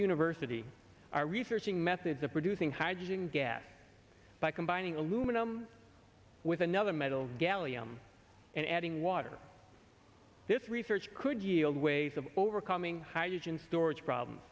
university are researching methods of producing hydrogen gas by combining aluminum with another metal gallium and adding water this research could yield ways of overcoming hydrogen